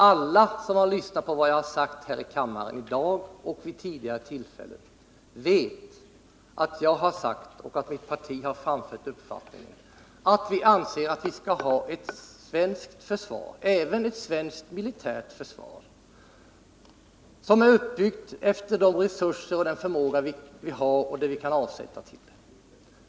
Alla som har lyssnat på vad jag har sagt här i kammaren i dag och vid tidigare tillfällen vet att jag och mitt parti framfört uppfattningen att vi skall ha ett svenskt försvar, också ett militärt sådant, som är uppbyggt utifrån de resurser som vi kan avsätta.